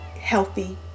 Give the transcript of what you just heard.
healthy